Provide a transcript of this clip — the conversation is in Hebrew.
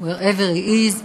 wherever he is,